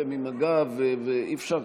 אתם עם הגב ואי-אפשר ככה.